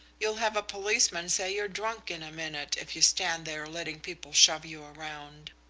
you'll have a policeman say you're drunk, in a minute, if you stand there letting people shove you around.